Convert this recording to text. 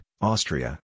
Austria